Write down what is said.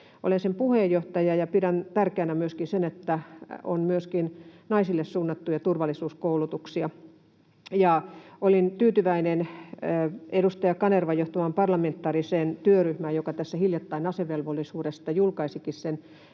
Olen sen puheenjohtaja ja pidän tärkeänä sitä, että on myöskin naisille suunnattuja turvallisuuskoulutuksia. Olin tyytyväinen edustaja Kanervan johtamaan parlamentaariseen työryhmään, joka tässä hiljattain julkaisi asevelvollisuudesta parlamentaarisen